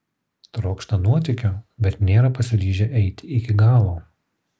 trokšta nuotykio bet nėra pasiryžę eiti iki galo